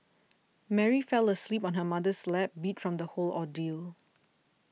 Mary fell asleep on her mother's lap beat from the whole ordeal